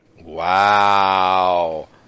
Wow